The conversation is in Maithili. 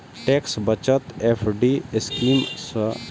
टैक्स बचत एफ.डी स्कीम सं आयकर कानून के तहत कर छूटक लाभ उठाएल जा सकैए